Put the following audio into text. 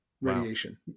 radiation